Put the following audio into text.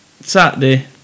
Saturday